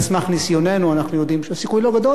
על סמך ניסיוננו אנחנו יודעים שהסיכוי לא גדול,